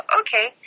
okay